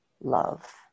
love